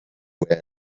were